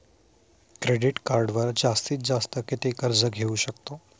Credit कार्डवर जास्तीत जास्त किती कर्ज घेऊ शकतो?